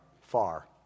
far